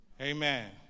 Amen